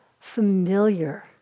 familiar